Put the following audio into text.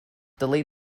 delete